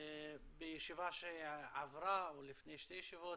בישיבה שעברה או לפני שתי ישיבות